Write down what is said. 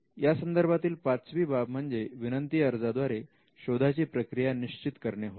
यासंदर्भातील पाचवी बाब म्हणजे विनंती अर्ज द्वारे शोधाची प्रक्रिया निश्चित करणे होय